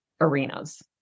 arenas